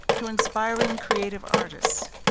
to inspiring creative artists,